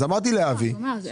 אמרתי לאבי שייתן לנו דוגמאות.